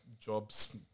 jobs